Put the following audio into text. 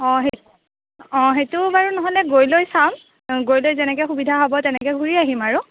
অঁ সেই অঁ সেইটো বাৰু নহ'লে গৈ লৈ চাম গৈ লৈ যেনেকে সুবিধা হ'ব তেনেকে ঘূৰি আহিম আৰু